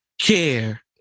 care